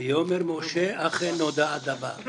ויאמר משה, אכן נודע הדבר.